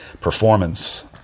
performance